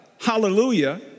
Hallelujah